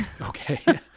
okay